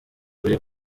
uri